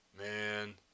Man